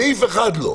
סעיף אחד לא.